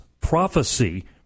prophecy